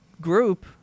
group